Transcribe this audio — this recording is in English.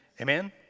Amen